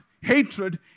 hatred